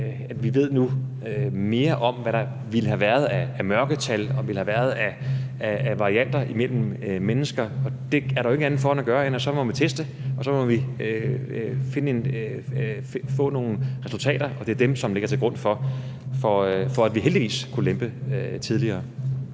nu ved mere om, hvad der ville have været af mørketal og ville have været af varianter imellem mennesker, og der er der jo ikke andet at gøre, end at man så må teste, og at vi så må få nogle resultater. Og det er dem, som ligger til grund for, at vi heldigvis kunne lempe tidligere.